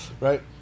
Right